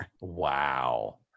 Wow